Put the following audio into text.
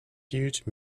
huge